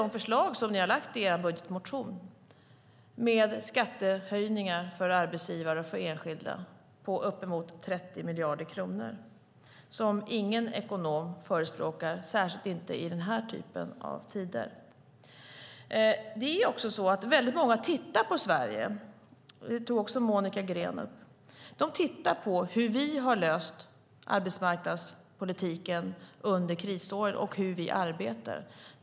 De förslag som Socialdemokraterna lagt fram i sin budgetmotion, med skattehöjningar för arbetsgivare och enskilda på uppemot 30 miljarder kronor, förespråkar ingen ekonom, särskilt inte i dessa tider. Många tittar på Sverige, vilket Monica Green också tog upp. De tittar på hur vi under krisåren löst arbetsmarknadspolitiken och hur vi arbetar.